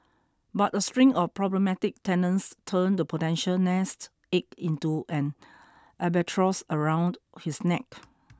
but a string of problematic tenants turned the potential nest egg into an albatross around his neck